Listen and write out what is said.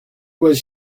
was